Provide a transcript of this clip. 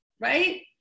right